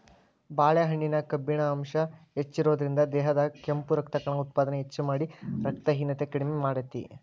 ಬಾಳೆಹಣ್ಣಿನ್ಯಾಗ ಕಬ್ಬಿಣ ಅಂಶ ಹೆಚ್ಚಿರೋದ್ರಿಂದ, ದೇಹದಾಗ ಕೆಂಪು ರಕ್ತಕಣ ಉತ್ಪಾದನೆ ಹೆಚ್ಚಮಾಡಿ, ರಕ್ತಹೇನತೆ ಕಡಿಮಿ ಮಾಡ್ತೆತಿ